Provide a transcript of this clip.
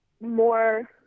more –